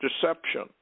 deception